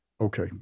Okay